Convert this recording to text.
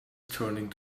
turning